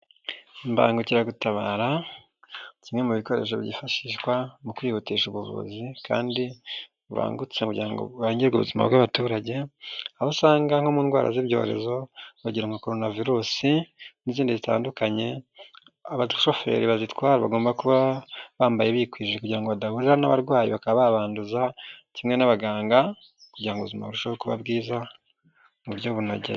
Imbangukiragutabara kimwe mu bikoresho byifashishwa mu kwihutisha ubuvuzi kandi bubangutse kugira ngo butabare ubuzima bw'abaturage, aho usanga nko mu ndwara z'ibyorezo bagira amacoronavirusi n'izindi zitandukanye. Abashoferi bazitwara bagomba kuba bambaye bikwije kugira ngo badahura n'abarwayi bakaba babanduza kimwe n'abaganga kugira ngo ubuzima burusheho kuba bwiza mu buryo bunogeye.